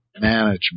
Management